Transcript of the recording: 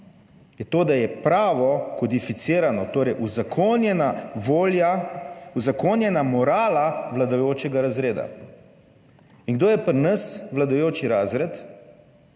je to, da je pravo kodificirano, torej uzakonjena volja, uzakonjena morala vladajočega razreda. In kdo je pri nas vladajoči razred?